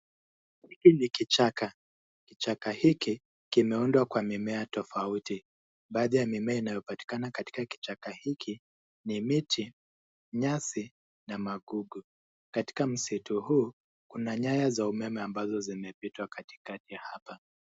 Hiki ni kichaka, kichaka hiki kimeundwa kwa mimea tofauti, baadhi ya mimea inayopatikana katika kichaka hiki ni miti, nyasi na magugu. Katika msitu huu kuna nyaya za umeme ambazo zimepita katikati ya hapa.